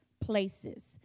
places